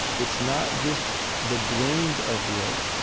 it's not just the grains of wood.